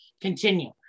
continue